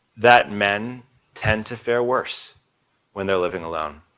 that men tend to fare worse when they're living alone.